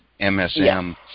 MSM